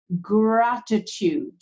Gratitude